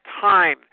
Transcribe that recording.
time